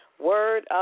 Word